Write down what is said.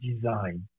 design